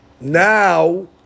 now